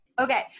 Okay